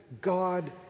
God